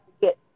get